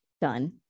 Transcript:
Done